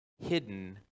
hidden